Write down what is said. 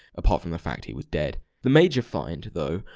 apart from the fact he was dead. the major find, though,